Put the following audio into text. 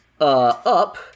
Up